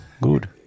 good